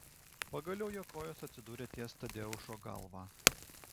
pagaliau jo kojos atsidūrė ties tadeušo galva